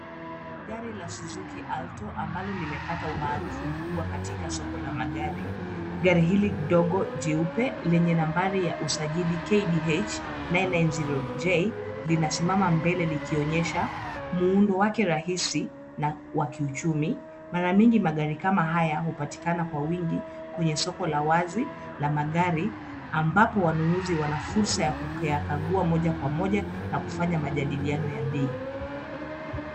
Gari la Suzuki Alto, ambalo limepata umaarufu mkubwa katika soko la magari. Gari hili dogo jeupe, lenye nambari ya usajili KDH 990J,linasimama mbele likionyesha muundo wake rahisi na wa kiuchumi. Mara mingi magari kama haya hupatikana kwa wingi kwenye soko la wazi la magari, ambapo wanunuzi wana fursa ya kuyakagua moja kwa moja na kufanya majadiliano ya bei.